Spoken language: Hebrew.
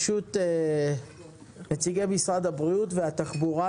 נציגי משרד הבריאות והתחבורה,